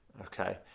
okay